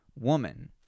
woman